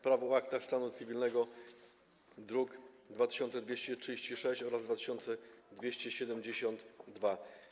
Prawo o aktach stanu cywilnego, druki nr 2236 oraz 2272.